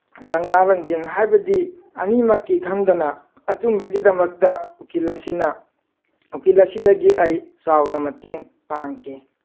ꯂꯪꯂꯥ ꯂꯪꯖꯤꯟ ꯍꯥꯏꯕꯗꯤ ꯑꯅꯤꯃꯛꯀꯤ ꯈꯪꯗꯅ ꯑꯆꯨꯝꯕꯒꯤꯗꯃꯛꯇ ꯎꯀꯤꯜ ꯑꯁꯤꯅ ꯎꯀꯤꯜ ꯑꯁꯤꯗꯒꯤ ꯑꯩ ꯆꯥꯎꯅ ꯃꯇꯦꯡ ꯄꯥꯡꯈꯤ